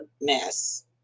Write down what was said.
mess